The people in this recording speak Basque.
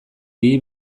bihi